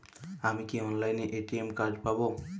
আমি কি অনলাইনে এ.টি.এম কার্ড পাব?